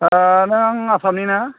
नों आसामनि ना